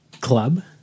Club